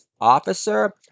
officer